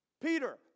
Peter